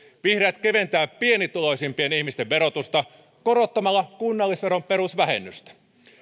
vihreät keventää pienituloisimpien ihmisten verotusta korottamalla kunnallisveron perusvähennystä